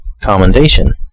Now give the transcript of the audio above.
commendation